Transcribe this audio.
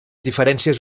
diferències